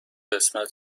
قسمت